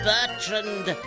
Bertrand